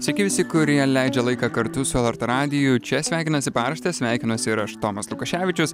sveiki visi kurie leidžia laiką kartu su lrt radiju čia sveikinasi paraštės sveikinuosi ir aš tomas lukoševičius